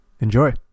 Enjoy